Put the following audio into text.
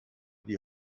die